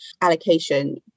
allocation